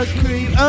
creep